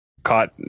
caught